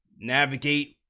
navigate